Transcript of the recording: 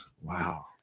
Wow